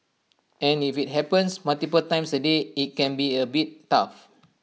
and if IT happens multiple times A day IT can be A bit tough